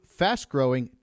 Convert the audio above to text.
fast-growing